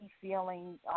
feeling